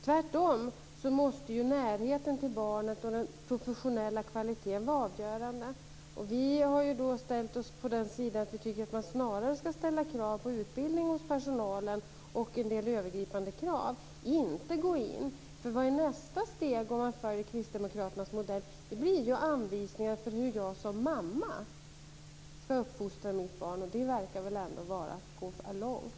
Tvärtom måste närheten till barnet och den professionella kvaliteten vara avgörande. Vi har sagt att vi snarare tycker att man skall ställa krav på utbildning hos personalen och att det skall vara en del övergripande krav. Man skall inte gå in på verksamheten. Vad är nästa steg om man följer kristdemokraternas modell? Det blir ju anvisningar för hur jag som mamma skall uppfostra mitt barn. Då går man väl ändå för långt.